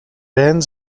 ends